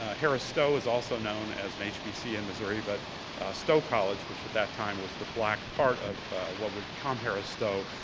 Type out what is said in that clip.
ah harris stowe is also known as an hbc in missouri, but stowe college, which at that time was the black part of what would become harris stowe,